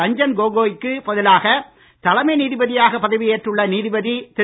ரஞ்சன் கோகோய்க்கு பதிலாக தலைமை நீதிபதியாக பதவியேற்றுள்ள நீதிபதி திரு